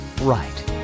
right